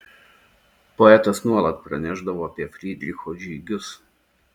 poetas nuolat pranešdavo apie frydricho žygius